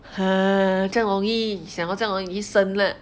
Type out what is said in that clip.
这样容易想到这样容易你去生 lah